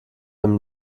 dem